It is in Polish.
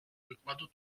wykładu